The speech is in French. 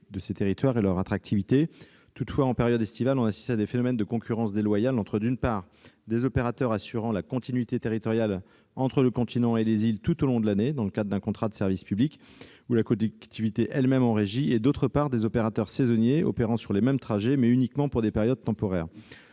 de ces territoires et leur attractivité. Toutefois, en période estivale, on assiste à des phénomènes de concurrence déloyale entre, d'une part, des opérateurs assurant la continuité territoriale entre le continent et les îles tout au long de l'année, dans le cadre d'un contrat de service public, où la collectivité elle-même est en régie, et, d'autre part, des opérateurs saisonniers intervenant sur les mêmes trajets, mais de façon temporaire.